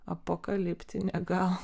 apokaliptinė gal